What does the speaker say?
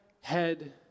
head